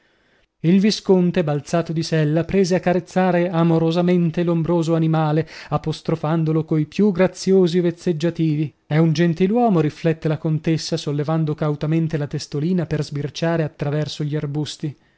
il visconte balzato di sella prese a carezzare amorosamente l'ombroso animale apostrofandolo coi più graziosi vezzeggiativi è un gentiluomo riflette la contessa sollevando cautamente la testolina per sbirciare a traverso gli arbusti